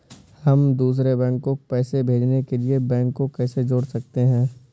हम दूसरे बैंक को पैसे भेजने के लिए बैंक को कैसे जोड़ सकते हैं?